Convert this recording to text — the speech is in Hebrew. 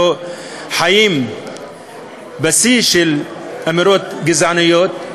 אנחנו חיים בשיא של אמירות גזעניות,